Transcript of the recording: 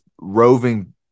roving